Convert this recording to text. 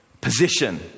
position